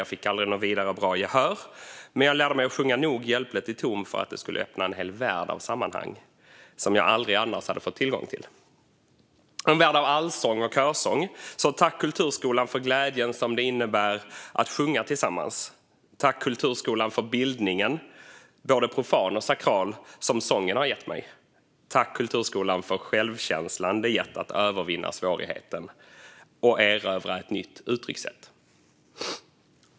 Jag fick aldrig något vidare bra gehör, men jag lärde mig att sjunga nog hjälpligt i ton för att det skulle öppna en hel värld av sammanhang som jag aldrig annars hade fått tillgång till - en värld av allsång och körsång. Så tack, kulturskolan, för glädjen som det innebär att sjunga tillsammans! Tack, kulturskolan, för bildningen, både profan och sakral, som sången har gett mig! Tack, kulturskolan, för självkänslan det har gett att övervinna svårigheten och erövra ett nytt uttryckssätt!